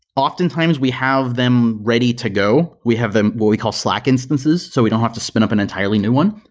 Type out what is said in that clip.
often times we have them ready to go. we have them what we call slack instances. so we don't want to spin up an entirely new one.